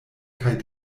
kaj